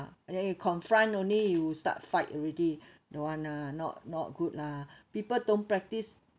then you confront only you start fight already don't want lah not not good lah people don't practice